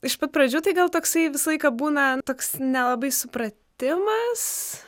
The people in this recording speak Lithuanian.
iš pat pradžių tai gal toksai visą laiką būna toks nelabai supratimas